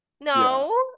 no